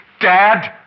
Dad